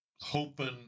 hoping